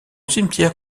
cimetière